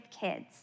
kids